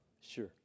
Sure